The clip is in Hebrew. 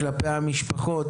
כלפי המשפחות,